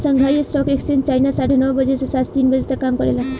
Shanghai stock exchange China साढ़े नौ बजे से सांझ तीन बजे तक काम करेला